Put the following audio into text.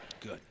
Good